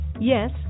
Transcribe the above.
Yes